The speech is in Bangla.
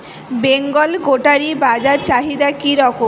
বেঙ্গল গোটারি বাজার চাহিদা কি রকম?